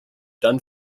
dann